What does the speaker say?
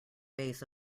base